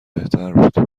بهترتر